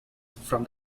from